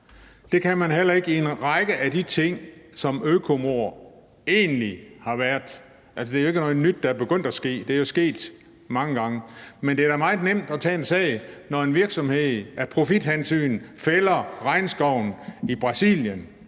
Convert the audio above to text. Det kan man heller ikke i en række af de sager, som egentlig har været økomord. Det er jo ikke noget nyt, der er begyndt at ske. Det er jo sket mange gange. Men det er da meget nemt at tage en sag, når en virksomhed af profithensyn fælder regnskoven i Brasilien.